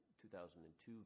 2002